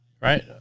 right